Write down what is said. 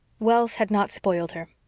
wealth had not spoiled her.